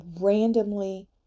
randomly